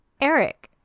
Eric